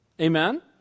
amen